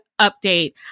update